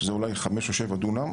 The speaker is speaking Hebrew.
שזה אולי 5 או 7 דונם,